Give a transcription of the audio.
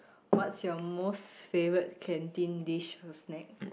what's your most favourite canteen dish or snack